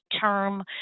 term